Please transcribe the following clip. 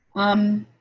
um,